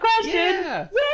question